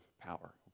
power